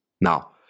Now